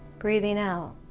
breathing out